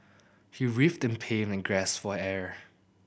he writhed in pain and gasped for air